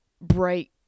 bright